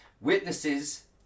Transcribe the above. witnesses